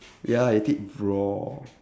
ya I eat it raw